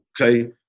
okay